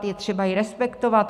Je třeba jej respektovat.